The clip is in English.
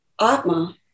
atma